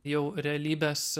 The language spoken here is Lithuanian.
jau realybės